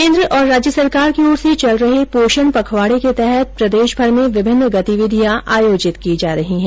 केन्द्र तथा राज्य सरकार की ओर से चल रहे पोषण पखवाड़े के तहत प्रदेशभर में विभिन्न गतिविधियां आयोजित की जा रही हैं